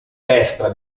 destra